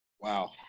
Wow